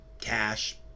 cash